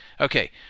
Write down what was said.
Okay